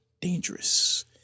dangerous